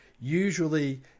usually